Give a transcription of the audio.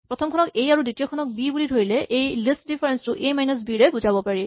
প্ৰথম খনক এ আৰু দ্বিতীয় খনক বি বুলি ধৰিলে এই লিষ্ট ডিফাৰেঞ্চ টো এ মাইনাচ বি ৰে বুজাব পাৰি